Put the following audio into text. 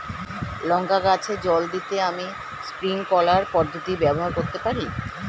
লঙ্কা গাছে জল দিতে আমি স্প্রিংকলার পদ্ধতি ব্যবহার করতে পারি?